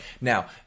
Now